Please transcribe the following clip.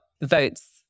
votes